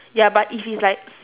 ya but if it's like